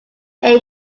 they